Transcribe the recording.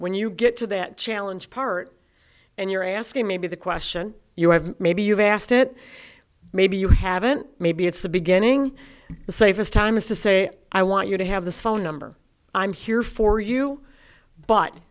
when you get to that challenge part and you're asking maybe the question you have maybe you've asked it maybe you haven't maybe it's the beginning the safest time is to say i want you to have this phone number i'm here for you but